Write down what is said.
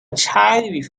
child